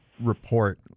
report